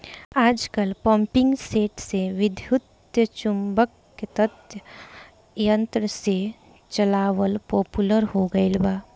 आजकल पम्पींगसेट के विद्युत्चुम्बकत्व यंत्र से चलावल पॉपुलर हो गईल बा